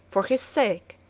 for his sake,